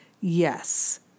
yes